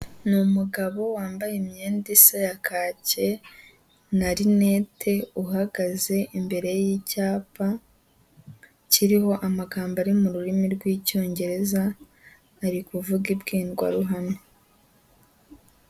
N' umugabo wambaye imyenda Isa ya kacye na linete ahagaze imbere y'icyapa kiriho amagambo ari mu rurimi rw'icyongereza arivuga imbwirwaruhame.